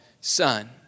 son